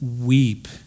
weep